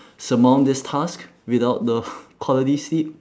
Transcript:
surmount this task without the quality sleep